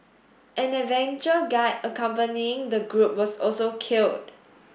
an adventure guide accompanying the group was also killed